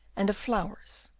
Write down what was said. and of flowers,